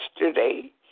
yesterday